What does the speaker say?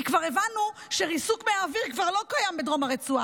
כי כבר הבנו שריסוק מהאוויר כבר לא קיים בדרום הרצועה.